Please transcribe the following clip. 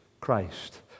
Christ